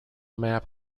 map